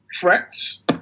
threats